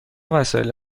وسایل